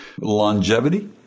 longevity